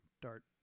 dart